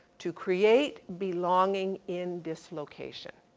to create belonging in this location.